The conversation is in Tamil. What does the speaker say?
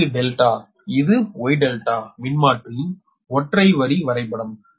இது ∆ இது Y ∆ மின்மாற்றியின் ஒற்றை வரி வரைபடம்